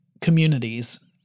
communities